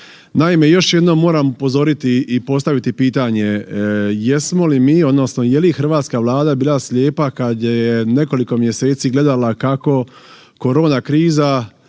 Naime, još jednom moram upozoriti i postaviti pitanje jesmo li mi odnosno je li hrvatska Vlada bila slijepa kad je nekoliko mjeseci gledala kako korona kriza